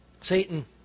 Satan